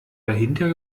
dahinter